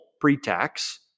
pre-tax